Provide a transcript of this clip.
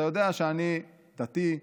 אתה יודע שאני דתי,